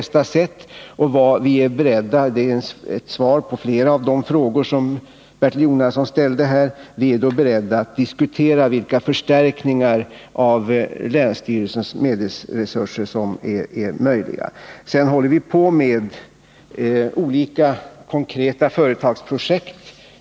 Som svar på flera av de frågor Bertil Jonasson ställde kan jag säga att vi är beredda att diskutera vilka förstärkningar av länsstyrelsens medelsresurser som är möjliga. Sedan håller vi på med olika konkreta företagsprojekt.